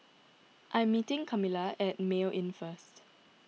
I am meeting Kamila at Mayo Inn first